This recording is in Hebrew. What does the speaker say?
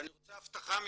ואני רוצה הבטחה ממך,